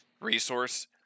resource